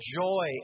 joy